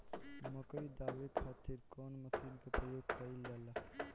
मकई दावे खातीर कउन मसीन के प्रयोग कईल जाला?